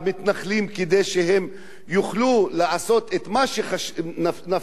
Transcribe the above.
כדי שהם יוכלו לעשות את מה שנפשם חשקה,